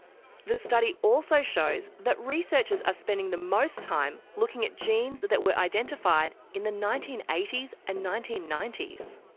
the study also shows that researchers are spending the most time looking at genes that were identified in the nineteen eighty s and nineteen ninety s.